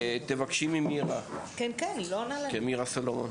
תבקשי ממירה, מירה סלומון.